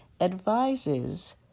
Advises